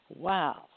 Wow